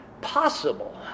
possible